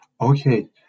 Okay